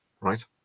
right